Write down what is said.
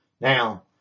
Now